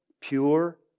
pure